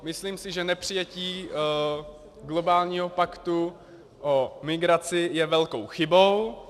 Myslím si, že nepřijetí globálního paktu o migraci je velkou chybou.